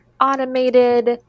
automated